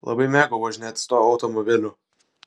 labai mėgau važinėtis tuo automobiliu